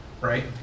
right